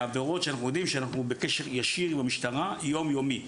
אנחנו בקשר ישיר עם המשטרה באופן יומיומי,